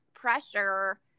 pressure